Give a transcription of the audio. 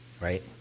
right